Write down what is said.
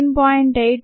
8 minus 17